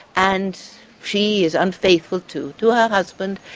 and she is unfaithful to to her husband.